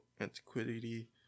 antiquity